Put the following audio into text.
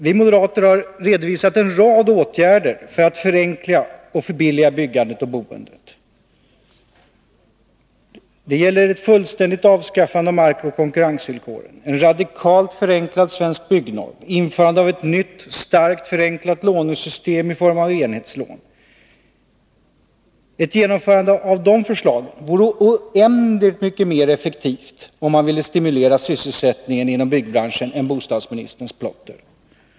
Vi moderater har redovisat en rad åtgärder för att förenkla och förbilliga byggandet och boendet. Det gäller fullständigt avskaffande av markoch konkurrensvillkoren, en radikalt förenklad Svensk Byggnorm, införandet av ett nytt, starkt förenklat lånesystem i form av enhetslån. Ett genomförande av dessa förslag vore oändligt mycket mer effektivt, om man vill stimulera sysselsättningen inom byggbranschen, än bostadsministerns plotter.